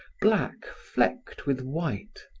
black flecked with white.